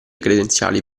credenziali